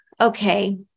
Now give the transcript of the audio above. okay